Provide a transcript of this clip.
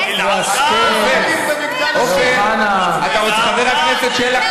זוהר, אוחנה, תנו לחבר הכנסת שטרן.